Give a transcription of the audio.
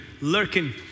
lurking